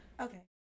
Okay